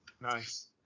Nice